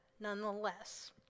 nonetheless